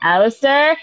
Alistair